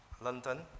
London